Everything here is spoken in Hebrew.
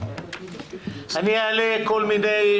אני אעלה כל מיני